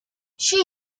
she